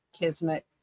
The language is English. kismet